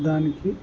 దానికి